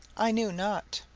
i knew not.